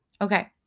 Okay